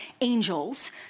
angels